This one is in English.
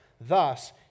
Thus